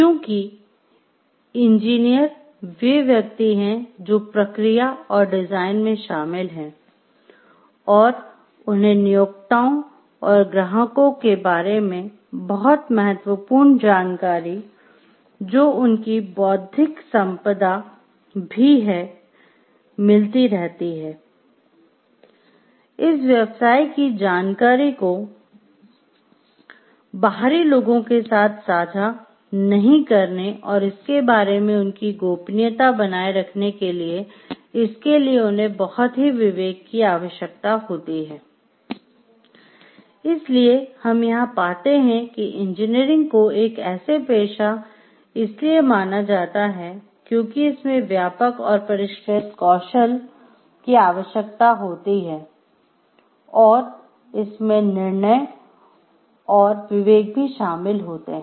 क्योंकि इंजीनियर वे व्यक्ति हैं जो प्रक्रिया और डिजाइन में शामिल हैं और उन्हें नियोक्ताओं और ग्राहकों के बारे में बहुत महत्वपूर्ण बनाए रखने के लिए इसके लिए उन्हें बहुत विवेक की आवश्यकता होती है इसलिए हम यहां पाते हैं कि इंजीनियरिंग को एक ऐसे पेशा इसीलिए माना जाता है क्योंकि इसमें व्यापक और परिष्कृत कौशल की आवश्यकता होती है और इसमें निर्णय और विवेक भी शामिल होते हैं